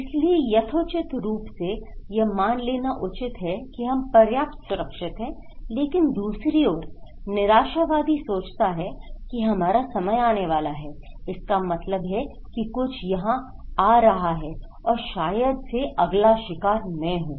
इसलिए यथोचित रूप से यह मान लेना उचित है कि हम पर्याप्त सुरक्षित हैं लेकिन दूसरी ओर निराशावादी सोचता है कि हमारा समय आने वाला है इसका मतलब है कि कुछ यहाँ आ रहा है और शायद से अगला शिकार में हूं